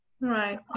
Right